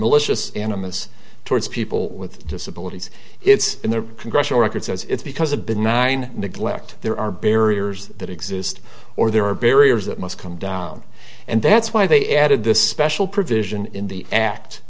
malicious animists towards people with disabilities it's in the congressional record so it's because a benign neglect there are barriers that exist or there are barriers that must come down and that's why they added this special provision in the act